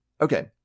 Okay